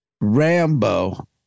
Rambo